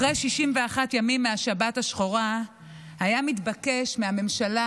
אחרי 61 ימים מהשבת השחורה היה מתבקש שהממשלה